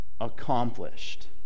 accomplished